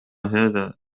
هذا